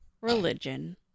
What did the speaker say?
religion